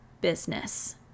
business